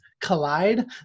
collide